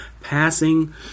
passing